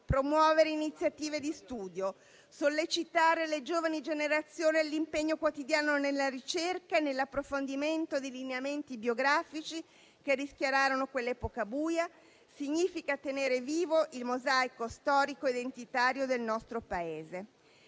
promuovere iniziative di studio, sollecitare le giovani generazioni all'impegno quotidiano nella ricerca e nell'approfondimento di lineamenti biografici che rischiararono quell'epoca buia significa tenere vivo il mosaico storico e identitario del nostro Paese.